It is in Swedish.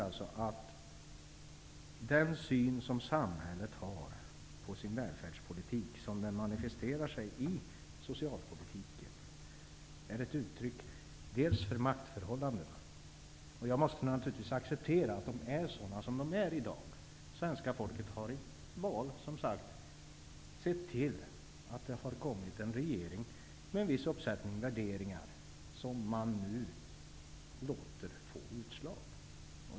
Jag tycker att den syn som samhället har på sin välfärdspolitik såsom den manifesterar sig i socialpolitiken är ett uttryck för maktförhållandena. Jag måste naturligtvis acceptera att de är sådana som de är i dag. Svenska folket har som sagt i val sett till att vi har fått en regering med en viss uppsättning värderingar som man nu låter få utslag.